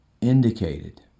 indicated